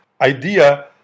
idea